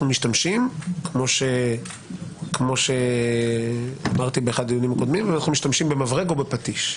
משתמשים כמו שאמרתי באחד הדיונים הקודמים במברג או בפטיש.